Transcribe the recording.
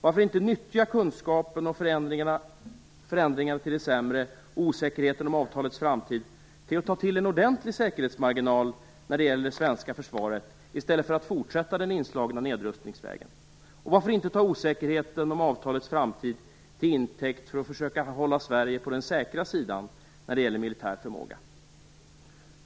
Varför inte nyttja kunskapen om förändringen till det sämre och osäkerheten om avtalets framtid till att ta till en ordentlig säkerhetsmarginal när det gäller det svenska försvaret, i stället för att fortsätta på den inslagna nedrustningsvägen? Och varför inte ta osäkerheten om avtalets framtid till intäkt för att försöka hålla Sverige på den säkra sidan när det gäller militär förmåga?